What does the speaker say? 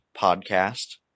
podcast